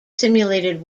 simulated